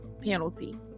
penalty